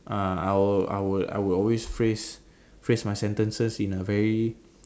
uh I would I would I would always phrase phrase my sentences in a very